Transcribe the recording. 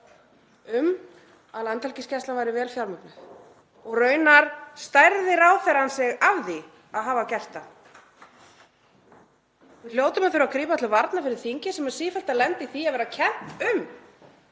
trú að Landhelgisgæslan væri vel fjármögnuð og raunar stærði ráðherrann sig af því að hafa tryggt það. Við hljótum að þurfa að grípa til varna fyrir þingið sem er sífellt að lenda í því að vera kennt um